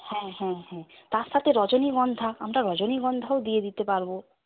হ্যাঁ হ্যাঁ হ্যাঁ তার সাথে রজনীগন্ধা আমরা রজনীগন্ধাও দিয়ে দিতে পারব